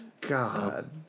God